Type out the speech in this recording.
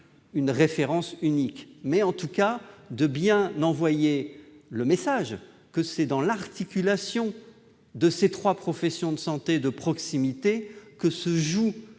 une référence unique. Mais nous voulons envoyer le message que c'est bien dans l'articulation de ces trois professions de santé de proximité que se joue